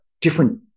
different